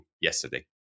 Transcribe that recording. yesterday